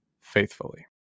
faithfully